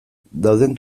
dauden